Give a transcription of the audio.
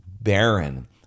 barren